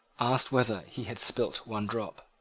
asked whether he had spilt one drop.